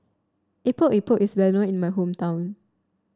Epok Epok is well known in my hometown